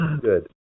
good